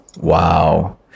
Wow